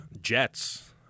Jets